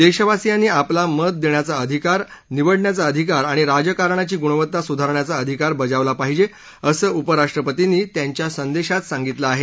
देशवासियांनी आपला मत देण्याचा अधिकार निवडण्याचा अधिकार आणि राजकारणाची गुणवत्ता सुधारण्याचा अधिकार बजावला पाहिजे असं उपराष्ट्रपतीनी त्यांच्या संदेशात सांगितलं आहे